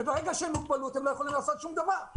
וברגע שהם במוגבלות, הם לא יכולים לעשות שום דבר.